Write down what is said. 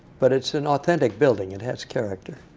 but it's an authentic building. it has character.